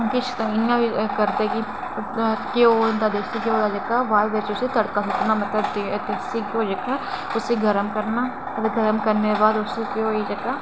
ते किश इं'या बी करदे की घ्यो होंदा देसी घ्यो होंदा जेह्का उसी बाद बिच बी तड़का सु'ट्टना जेह्का ते उसी गर्म करना ते गर्म करने दे बाद उसी घ्यो गी जेह्का